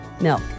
Milk